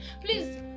Please